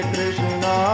Krishna